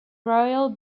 royal